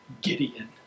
Gideon